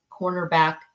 cornerback